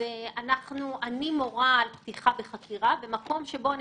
אני מורה על פתיחה בחקירה במקום שבו אני